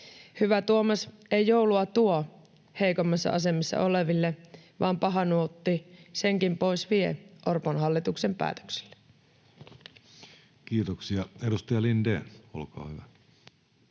Hyvä Tuomas ei joulua tuo heikommassa asemassa oleville, vaan paha Nuutti senkin pois vie Orpon hallituksen päätöksillä. Kiitoksia. — Edustaja Lindén, olkaa hyvä.